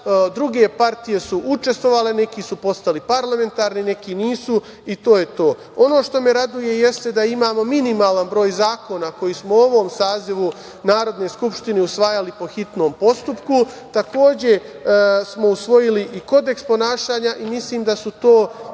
Druge partije su učestvovale na izborima, neki su postali parlamentarni, neki nisu, i to je to. Ono što me raduje jeste da imamo minimalan broj zakona koji smo u ovom sazivu Narodne skupštine usvajali po hitnom postupku. Takođe smo usvojili i Kodeks ponašanja i mislim da su to